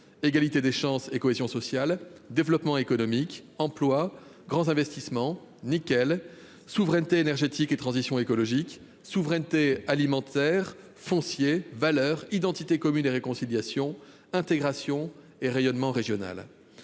égalité des chances et cohésion sociale, développement économique, emploi, grands investissements, nickel, souveraineté énergétique et transition écologique, souveraineté alimentaire, foncier, valeurs, identité commune et réconciliation, intégration et rayonnement régional.